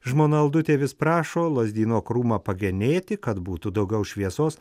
žmona aldutė vis prašo lazdyno krūmą pagenėti kad būtų daugiau šviesos